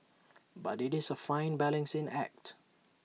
but IT is A fine balancing act